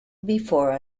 before